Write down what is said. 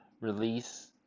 release